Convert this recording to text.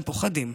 הם פוחדים,